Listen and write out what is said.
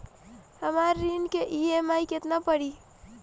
हमर ऋण के ई.एम.आई केतना पड़ी?